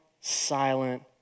silent